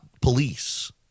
police